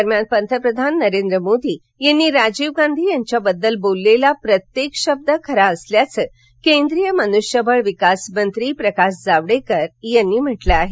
दरम्यान पंतप्रधान नरेंद्र मोदी यांनी राजीव गांधी यांच्याबद्दल बोललेला प्रत्येक शब्द खरा असल्याचं केंद्रीय मनुष्यबळ विकासमंत्री प्रकाश जावडेकर यांनी म्हटलं आहे